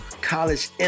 college